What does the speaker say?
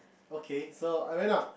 okay so I went up